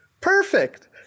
perfect